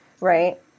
right